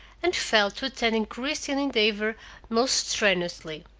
and fell to attending christian endeavor most strenuously.